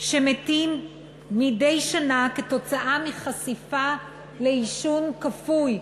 שמתים מדי שנה כתוצאה מחשיפה לעישון כפוי,